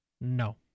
No